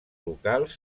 locals